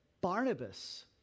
Barnabas